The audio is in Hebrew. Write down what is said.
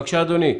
בבקשה, אדוני.